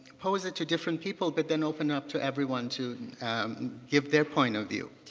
pose it to different people but then open up to everyone to give their point of view.